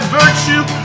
virtue